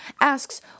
asks